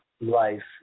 life